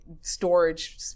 storage